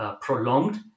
prolonged